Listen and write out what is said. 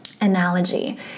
Analogy